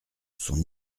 son